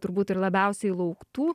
turbūt ir labiausiai lauktų